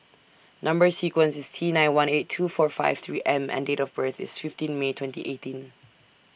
Number sequence IS T nine one eight two four five three M and Date of birth IS fifteen May twenty eighteen